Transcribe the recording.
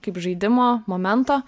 kaip žaidimo momento